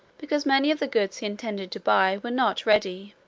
because many of the goods he intended to buy were not ready,